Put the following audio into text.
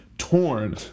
Torn